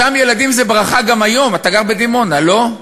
שם ילדים זה ברכה גם היום, אתה גר בדימונה, לא?